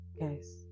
guys